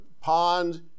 pond